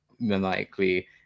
maniacally